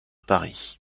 paris